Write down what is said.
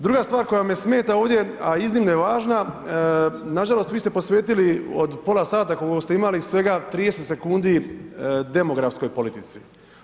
Druga stvar koja me smeta ovdje a iznimno je važna, nažalost, vi ste posvetili od pola sata koliko ste imali, svega 30 sekundi demografskoj politici.